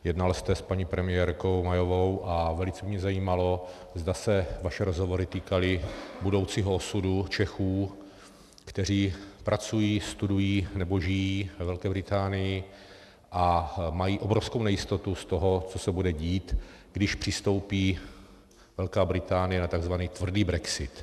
Jednal jste s paní premiérkou Mayovou a velice mě zajímalo, zda se vaše rozhovory týkaly budoucího osudu Čechů, kteří pracují, studují nebo žijí ve Velké Británii a mají obrovskou nejistotu z toho, co se bude dít, když přistoupí Velká Británie na tzv. tvrdý brexit.